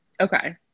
okay